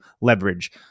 leverage